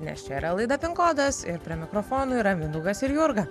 nes čia yra laida kodas ir prie mikrofono yra mindaugas ir jurga